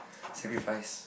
sacrifice